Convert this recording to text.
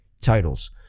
titles